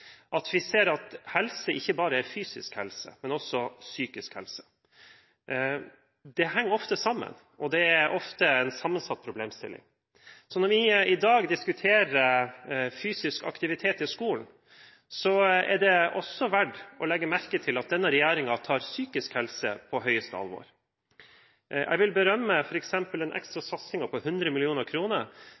at vi ser at helse ikke bare er fysisk helse, men også psykisk helse. Det henger ofte sammen, og det er ofte en sammensatt problemstilling. Når vi i dag diskuterer fysisk aktivitet i skolen, er det også verdt å legge merke til at denne regjeringen tar psykisk helse på største alvor. Jeg vil berømme f.eks. den ekstra satsingen på 100